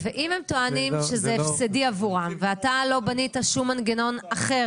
אם הם טוענים שזה הפסדי עבורם ואתה לא בנית שום מנגנון אחר